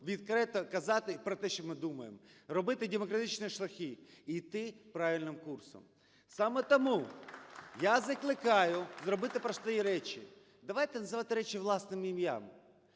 відкрито казати про те, що ми думаємо, робити демократичні шляхи, йти правильним курсом. Саме тому я закликаю зробити прості речі. Давайте називати речі власним ім'ям.